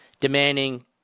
demanding